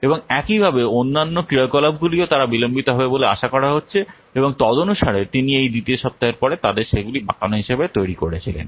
এবং একইভাবে অন্যান্য অন্যান্য ক্রিয়াকলাপগুলিও তারা বিলম্বিত হবে বলে আশা করা হচ্ছে এবং তদনুসারে তিনি এই দ্বিতীয় সপ্তাহের পরে তাদের সেগুলি বাঁকানো হিসাবে তৈরি করেছিলেন